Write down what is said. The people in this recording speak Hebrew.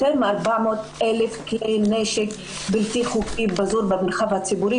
של יותר מ-400,000 כלי נשק בלתי-חוקיים שפזורים במרחב הציבורי,